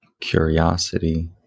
curiosity